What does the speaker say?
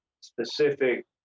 specific